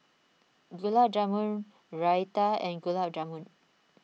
Gulab Jamun Raita and Gulab Jamun